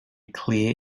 clear